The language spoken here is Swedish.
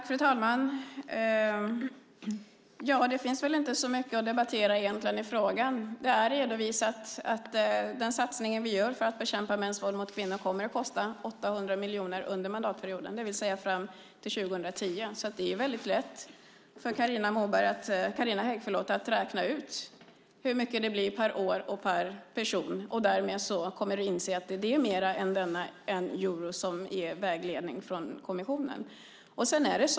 Fru talman! Det finns väl inte så mycket att debattera i frågan egentligen. Det är redovisat att den satsning vi gör för att bekämpa mäns våld mot kvinnor kommer att kosta 800 miljoner under mandatperioden, det vill säga fram till 2010. Det är väldigt lätt för Carina Hägg att räkna ut hur mycket det blir per år och per person. Därmed kommer du att inse att det är mer än den euro som nämns som vägledning från kommissionen.